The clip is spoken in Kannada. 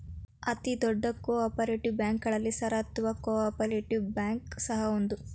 ಅತಿ ದೊಡ್ಡ ಕೋ ಆಪರೇಟಿವ್ ಬ್ಯಾಂಕ್ಗಳಲ್ಲಿ ಸರಸ್ವತ್ ಕೋಪರೇಟಿವ್ ಬ್ಯಾಂಕ್ ಸಹ ಒಂದು